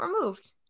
removed